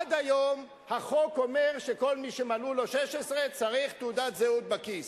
עד היום החוק אומר שכל מי שמלאו לו 16 צריך תעודת זהות בכיס.